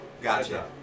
Gotcha